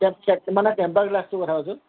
তাৰমানে টেম্পাৰ্ড গ্লাছটোৰ কথা কৈছোঁ